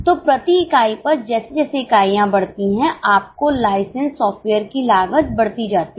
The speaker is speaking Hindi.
तो प्रतिइकाई पर जैसे जैसे इकाइयां बढ़ती हैं आपको लाइसेंस सॉफ्टवेयर की लागत बढ़ती जाती है